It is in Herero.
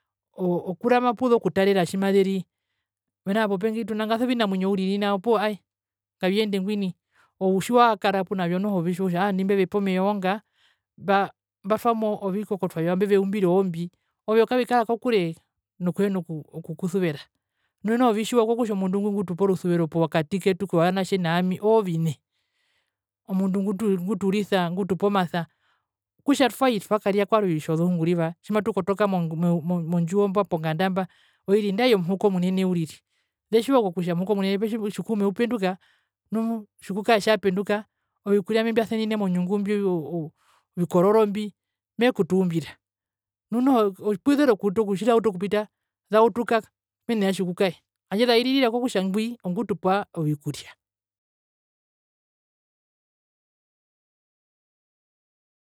Oo kurama puzo okutarera tjimazeri mena rokutja popengi nao tunadarasi ovinamwinyo uriri ae ngaviyende ngwi ove tjiwakara punazo noho otja aa nai mbezepe omeva oonga mba mbatwamo ovikokotwa vyao mbeveumbire oombi oyo kavikarara kokure nokuhena oku okukusuvera nu noho vitjiwa kokutja omundu ngwi ngutupa orusuvero pokati ketu novanatje naami oovine omndu ngutu nguturisa ngutupa omasa kutja twai twakaria kwarwe otjozohunguriva tjimatukotoka mo mo mondjiwo imba ponganda mba oiri nandae yomuhukomunene uriri zetjiwa kutja tjikuume upenduka nu tjikukae tja penduka ovikuria mbio mbia senine monyungu mbio oo ovikororo mbi meekutuumbira nu noho opuzezo ku tjirautu okupita zautuka mene ya tjikukae handje zairirira kutja ingwi ongutupa ovikuria.